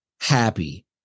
happy